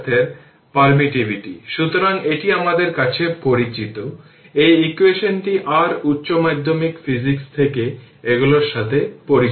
এবং এটি 10 সুতরাং এই অ্যাঙ্গেলটি 90 এর বেশি